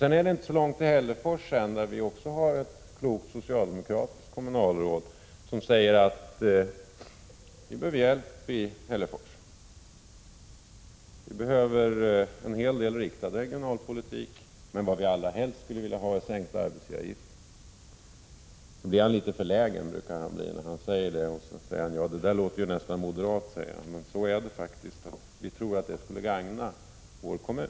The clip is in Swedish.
Sedan är det inte så långt till Hällefors, där vi också har ett klokt socialdemokratiskt kommunalråd, som säger: Vi behöver hjälp i Hällefors. Vi behöver en hel del riktad regionalpolitik, men vad vi allra helst skulle vilja ha är sänkt arbetsgivaravgift. När han säger det brukar han bli litet förlägen och tillägga: Ja, det låter ju nästan moderat, men vi tror faktiskt att det skulle gagna vår kommun.